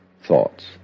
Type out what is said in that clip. thoughts